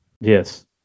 Yes